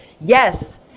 yes